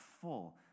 full